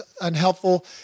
unhelpful